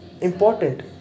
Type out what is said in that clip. important